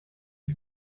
der